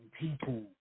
people